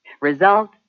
Result